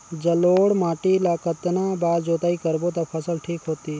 जलोढ़ माटी ला कतना बार जुताई करबो ता फसल ठीक होती?